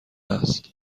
است